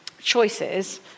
Choices